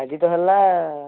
ଆଜି ତ ହେଲା